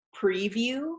preview